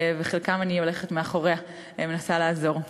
ובחלקם אני הולכת מאחוריה ומנסה לעזור.